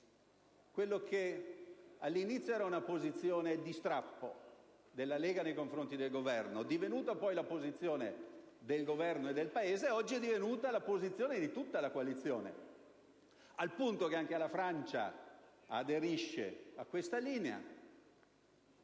quella che all'inizio era una posizione di strappo della Lega nei confronti del Governo è divenuta poi la posizione del Governo e del Paese, ed oggi è divenuta anche la posizione di tutta la coalizione, al punto che anche la Francia aderisce a questa linea.